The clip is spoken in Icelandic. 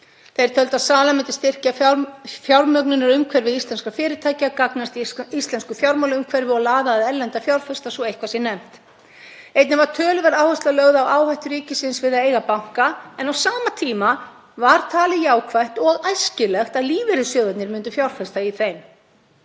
Þeir töldu að salan myndi styrkja fjármögnunarumhverfi íslenskra fyrirtækja, gagnast íslensku fjármálaumhverfi og laða að erlenda fjárfesta, svo eitthvað sé nefnt. Einnig var töluverð áhersla lögð á áhættu ríkisins við að eiga banka, en á sama tíma var talið jákvætt og æskilegt að lífeyrissjóðirnir myndu fjárfesta í þeim.